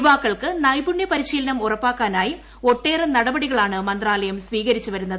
യുവാക്കൾക്ക് നൈപുണ്യ പരിശീലനം ഉറപ്പാക്കാനായി ഒട്ടേറെ നടപടികളാണ് മന്ത്രാലയം സ്വീകരിച്ചുവരുന്നത്